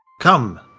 Come